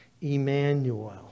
Emmanuel